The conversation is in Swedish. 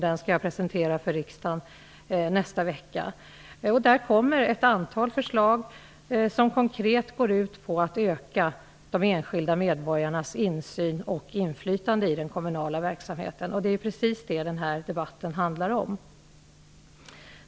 Jag skall presentera den för riksdagen i nästa vecka. I propositionen kommer det att finnas ett antal förslag som konkret går ut på att öka de enskilda medborgarnas insyn och inflytande i den kommunala verksamheten. Det är precis det denna debatt handlar om.